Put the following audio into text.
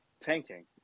tanking